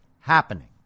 happening